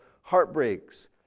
heartbreaks